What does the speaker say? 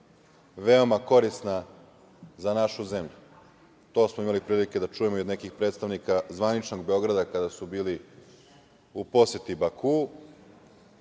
veoma korisna za našu zemlju. To smo imali prilike da čujemo i od nekih predstavnika zvaničnog Beograda kada su bili u poseti Bakuu